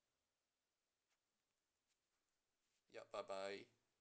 ya bye bye